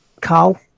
Carl